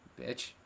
bitch